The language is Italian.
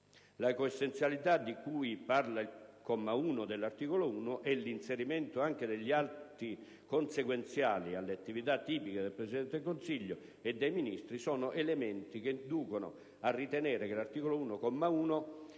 La coessenzialità di cui parla il comma 1 dell'articolo 1 e l'inserimento anche degli atti consequenziali alle attività tipiche del Presidente del Consiglio e dei Ministri sono elementi che inducono a ritenere che l'articolo 1, comma 1, contrasti